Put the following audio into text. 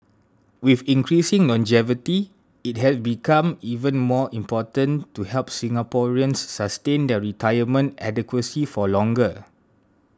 with increasing longevity it has become even more important to help Singaporeans sustain their retirement adequacy for longer